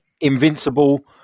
Invincible